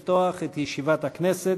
הכנסת.